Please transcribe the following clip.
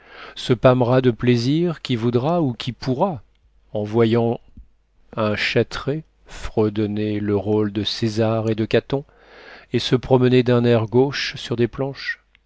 se pâmera de plaisir qui voudra ou qui pourra en voyant un châtré fredonner le rôle de césar et de caton et se promener d'un air gauche sur des planches